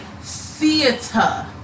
theater